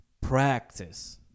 Practice